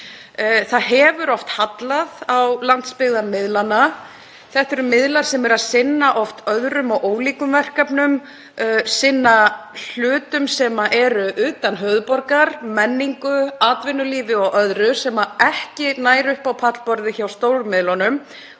Það hefur oft hallað á landsbyggðarmiðlana. Þetta eru miðlar sem oft sinna öðrum og ólíkum verkefnum, sinna hlutum sem eru utan höfuðborgar, menningu, atvinnulífi og öðru sem ekki nær upp á pallborðið hjá stóru miðlunum.